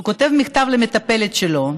היא כותבת מכתב למטפלת שלה,